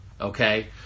Okay